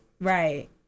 right